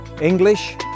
English